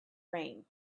rain